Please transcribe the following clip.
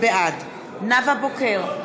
בעד נאוה בוקר,